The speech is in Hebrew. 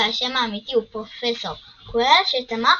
והאשם האמיתי הוא פרופסור קווירל שתמך